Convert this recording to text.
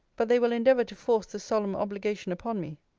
but they will endeavour to force the solemn obligation upon me.